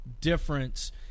difference